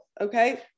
okay